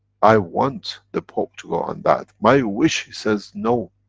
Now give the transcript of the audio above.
i want the pope to go on that, my wish he says, no!